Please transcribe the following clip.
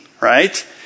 right